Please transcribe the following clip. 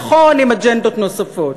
נכון, עם אג'נדות נוספות.